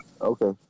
Okay